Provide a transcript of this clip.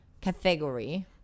category